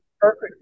perfect